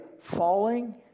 falling